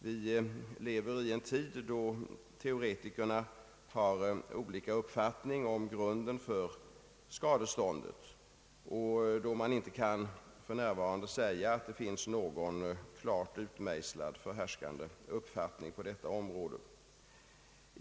Vi lever i en tid då teoretikerna har olika uppfattning om grunden för skadeståndsrätten, och man kan inte för närvarande säga att det finns någon klart utmejslad förhärskande uppfattning på detta område.